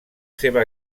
seva